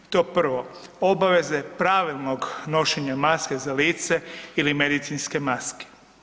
To prvo, obaveze pravilnog nošenja maske za lice ili medicinske maske.